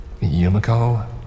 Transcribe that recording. Yumiko